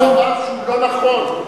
זה דבר שהוא לא נכון,